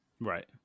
Right